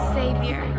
savior